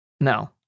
No